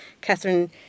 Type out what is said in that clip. Catherine